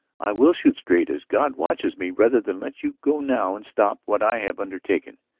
i will shoot straight, as god watches me, rather than let you go now and stop what i have undertaken!